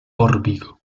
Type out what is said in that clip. órbigo